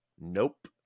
nope